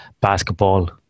basketball